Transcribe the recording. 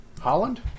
Holland